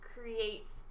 creates